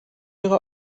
ihre